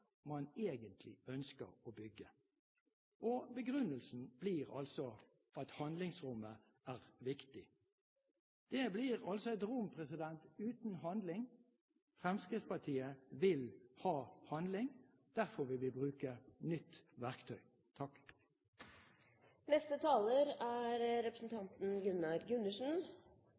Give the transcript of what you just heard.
man utsetter bygging av prosjekter man egentlig ønsker å bygge, og begrunnelsen blir at handlingsrommet er viktig. Det blir et rom uten handling. Fremskrittspartiet vil ha handling, derfor vil vi bruke nytt verktøy. Representanten Arne Sortevik har tatt opp de forslagene han refererte til. Det er